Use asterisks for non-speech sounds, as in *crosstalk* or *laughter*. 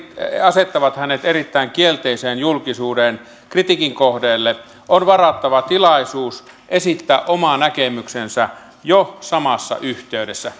asettavat hänet erittäin kielteiseen julkisuuteen kritiikin kohteelle on varattava tilaisuus esittää oma näkemyksensä jo samassa yhteydessä *unintelligible*